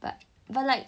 but but like